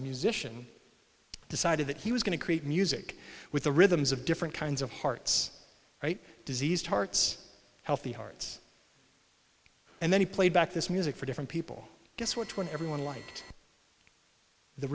musician decided that he was going to create music with the rhythms of different kinds of hearts right diseased hearts healthy hearts and then he played back this music for different people guess which one everyone liked the